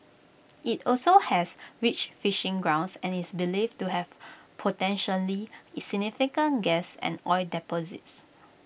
IT also has rich fishing grounds and is believed to have potentially significant gas and oil deposits